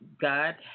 God